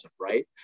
right